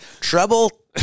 Treble